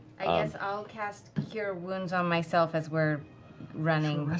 guess i'll cast cure wounds on myself as we're running.